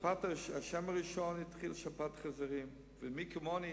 השם הראשון התחיל כשפעת החזירים, ומי כמוני,